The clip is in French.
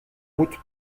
route